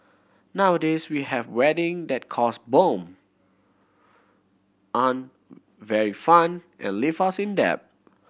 nowadays we have wedding that cost bomb aren't very fun and leave us in debt